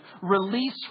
release